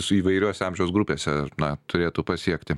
su įvairiose amžiaus grupėse na turėtų pasiekti